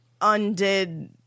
undid